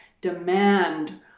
demand